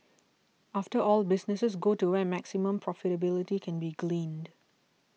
after all businesses go to where maximum profitability can be gleaned